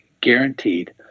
guaranteed